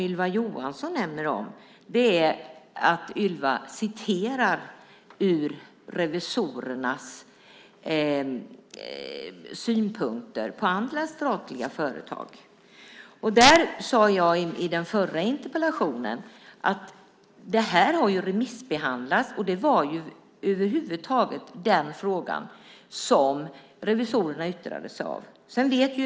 Ylva Johansson tar upp revisorernas synpunkter på andra statliga företag. I samband med den förra interpellationen sade jag att det här har remissbehandlats. Det var över huvud taget den frågan som revisorerna yttrade sig om.